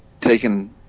taken